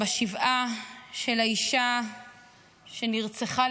של האישה שנרצחה,